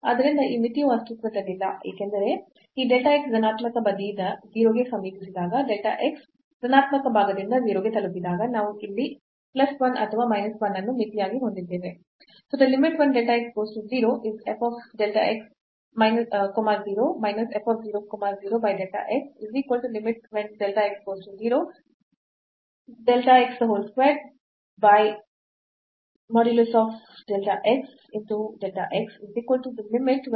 ಆದ್ದರಿಂದ ಈ ಮಿತಿಯು ಅಸ್ತಿತ್ವದಲ್ಲಿಲ್ಲ ಏಕೆಂದರೆ ಈ delta x ಧನಾತ್ಮಕ ಬದಿಯಿಂದ 0 ಗೆ ಸಮೀಪಿಸಿದಾಗ delta x ಋಣಾತ್ಮಕ ಭಾಗದಿಂದ 0 ಗೆ ತಲುಪಿದಾಗ ನಾವು ಇಲ್ಲಿ ಪ್ಲಸ್ 1 ಅಥವಾ ಮೈನಸ್ 1 ಅನ್ನು ಮಿತಿಯಾಗಿ ಹೊಂದಿದ್ದೇವೆ